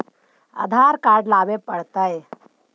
आधार card लाबे पड़तै?